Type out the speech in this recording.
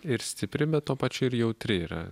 ir stipri bet tuo pačiu ir jautri yra